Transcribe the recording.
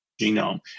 genome